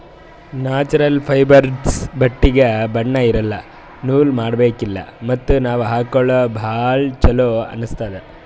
natural ಫೈಬರ್ಸ್ದು ಬಟ್ಟಿಗ್ ಬಣ್ಣಾ ಇರಲ್ಲ ನೂಲ್ ಮಾಡಬೇಕಿಲ್ಲ ಮತ್ತ್ ನಾವ್ ಹಾಕೊಳ್ಕ ಭಾಳ್ ಚೊಲೋ ಅನ್ನಸ್ತದ್